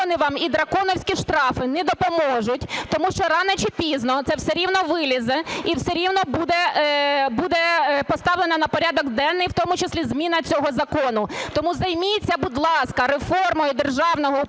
закони вам і драконівські штрафи не допоможуть, тому що рано чи пізно це все рівно вилізе і все рівно буде поставлено на порядок денний, в тому числі зміна цього закону. Тому займіться, будь ласка, реформою державного управління